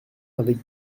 avec